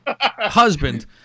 husband